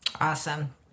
Awesome